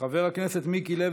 חבר הכנסת יוסף